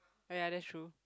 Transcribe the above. ya that's true